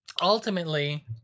ultimately